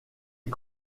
est